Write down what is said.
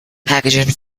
packaging